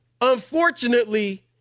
unfortunately